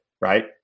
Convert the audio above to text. right